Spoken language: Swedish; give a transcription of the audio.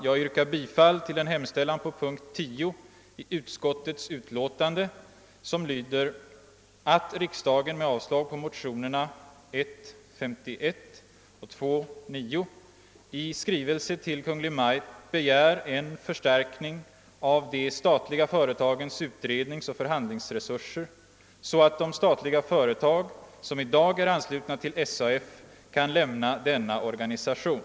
Jag yrkar alltså bifall till en hemställan på punkt 10 i utskottets utlåtande som lyder »att riksdagen med avslag på motionerna 1:51 och II: 9 i skrivelse till Kungl. Maj:t begär en förstärkning av de statliga företagens utredningsoch förhandlingsresurser så att de statliga företag som i dag är anslutna till SAF kan lämna denna organisation».